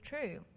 true